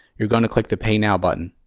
you're going to click the pay now button.